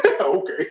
Okay